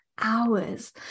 hours